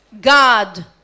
God